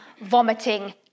vomiting